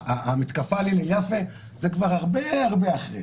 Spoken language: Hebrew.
המתקפה על הלל יפה זה כבר הרבה הרבה אחרי.